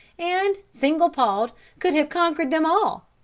and, single-pawed, could have conquered them all?